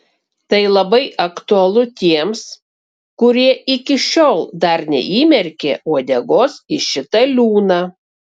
tai labai aktualu tiems kurie iki šiol dar neįmerkė uodegos į šitą liūną